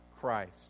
Christ